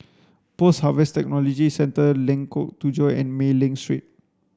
Post Harvest Technology Centre Lengkok Tujoh and Mei Ling Street